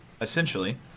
essentially